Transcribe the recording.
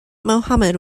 mohammad